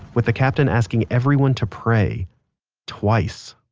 with the captain asking everyone to pray twice!